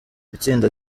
itsinda